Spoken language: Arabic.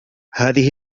هذه